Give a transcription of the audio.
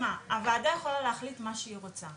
תשמע, הוועדה יכולה להחליט מה שהיא רוצה.